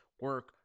Work